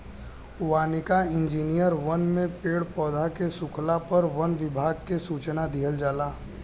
वानिकी इंजिनियर वन में पेड़ पौधा के सुखला पर वन विभाग के सूचना दिहल जाला